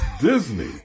Disney